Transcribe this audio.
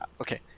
Okay